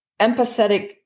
empathetic